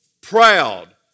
proud